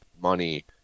money